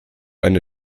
eine